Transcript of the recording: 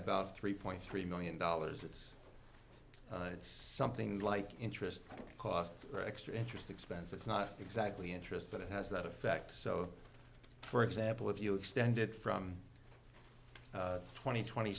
about three point three million dollars it's something like interest cost or extra interest expense it's not exactly interest but it has that effect so for example if you extend it from twenty twenty